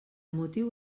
motiu